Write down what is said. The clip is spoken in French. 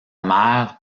mère